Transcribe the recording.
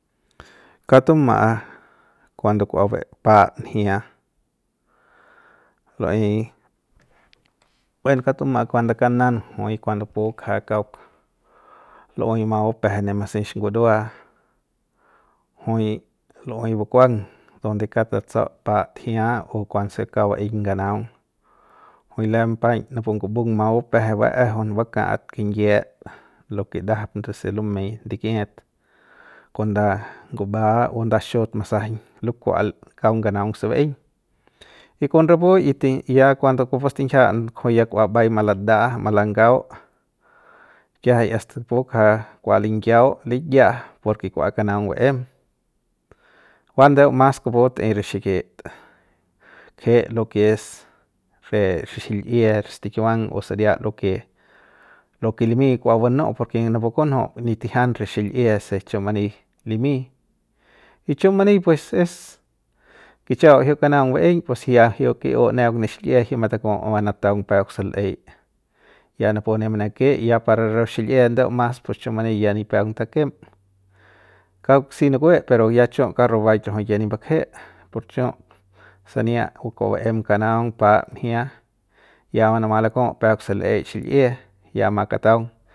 Kauk tuma'a kuando kua be paap njia lu'uey ben kauk tuma'a kuando kauk nan jui kuando pu bak'ja kauk lu'uey ma bupeje ne masix ngurua jui lu'uey bukuang donde kauk tatsau paat jia o kuanse kauk baeiñ nganaung jui lem paiñ napu ngubung ma bupeje ba'ejeun baka'at kinyiep lo ke ndajap nduse lomei ndikiet kon nda nguba o nda xi'iut masajaiñ lukual kaunk nganaung se vaeiñ y kon rapu y ti y ya kuando kupu stinjia kujui ya kua mba'ay maladaa malangau kiajai asta pubakja kua linyau liyaa porke kua kanaung ba'em ba ndeu mas kupu bat'ey re xikit kje lo ke es re xi xil'e stikiuang o saria lo ke lo ke limy kua banu'u porke napu kunju ni tijian re xil'ie se chiu mani limy chiu mani pues es kichi'au jik kanaung ba'eiñ pues ya jiuk ki'iu neuk ne xil'ie jiuk mataku manaba nataung peuk se l'ey ya napu ne manake ya par re xil'ie ndeu mas pues chi'u mani ya nipeuk takem kauk si nukue pero ya chu kauk rubaik rajuik ya nip mbakje pu chu sania ukua baem kanaung pa'at njia ya manama laku peuk se l'ey xil'ie ya makataung.